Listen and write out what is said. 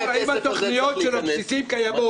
תשאל האם התוכניות של הבסיסים קיימות,